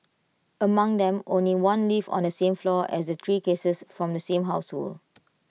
among them only one lived on the same floor as the three cases from the same household